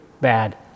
bad